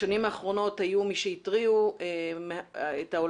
בשנים האחרונות היו מי שהתריעו לעולם